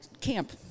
camp